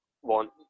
one